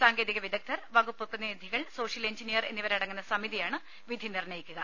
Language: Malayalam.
സാങ്കേതിക വിദഗ്ദ്ധർ വകുപ്പ് പ്രതിനിധികൾ സോഷ്യൽ എൻജിനീയർ എന്നിവരടങ്ങുന്ന സമിതിയാണ് വിധി നിർണ്ണയിക്കുക